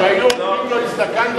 כשהיו אומרים לו הזדקנת,